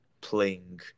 playing